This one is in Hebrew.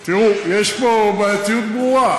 תראו, יש פה בעייתיות ברורה: